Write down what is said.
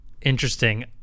interesting